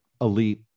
elite